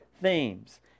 themes